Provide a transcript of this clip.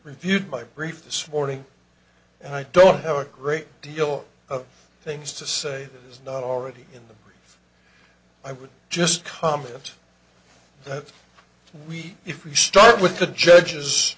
reviewed my brief this morning and i don't have a great deal of things to say is not already in them i would just comment that we if we start with the judge